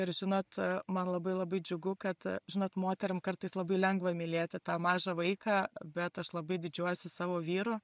ir žinot man labai labai džiugu kad žinot moterim kartais labai lengva mylėti tą mažą vaiką bet aš labai didžiuojuosi savo vyru